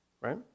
right